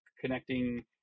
connecting